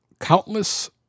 Countless